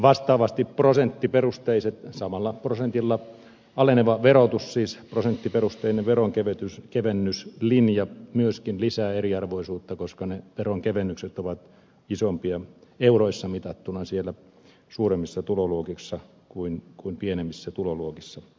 vastaavasti samalla prosentilla aleneva verotus siis prosenttiperusteinen veronkevennyslinja myöskin lisää eriarvoisuutta koska ne veronkevennykset ovat isompia euroissa mitattuna siellä suuremmissa tuloluokissa kuin pienemmissä tuloluokissa